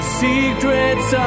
secrets